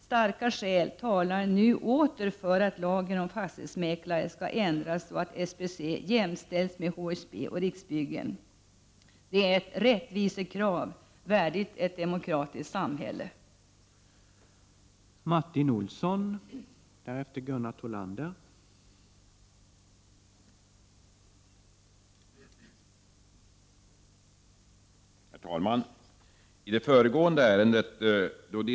Starka skäl talar nu åter för att lagen om fastighetsmäklare skall ändras så att SBC jämställs med HSB och Riksbyggen. Det är ett rättvisekrav värdigt ett demokratiskt samhälle. Jag yrkar bifall till reservationen i betänkande TU: